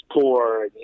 poor